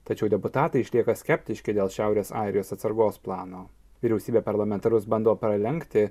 tačiau deputatai išlieka skeptiški dėl šiaurės airijos atsargos plano vyriausybė parlamentarus bando pralenkti